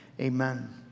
amen